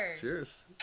Cheers